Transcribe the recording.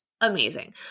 amazing